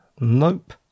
Nope